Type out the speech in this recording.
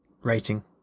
rating